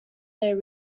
their